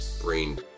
brain